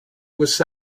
was